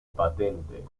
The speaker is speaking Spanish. patente